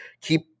keep